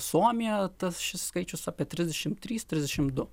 suomija tas šis skaičius apie trisdešimt trys trisdešimt du